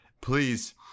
please